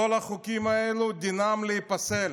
כל החוקים האלה, דינם להיפסל.